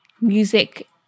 music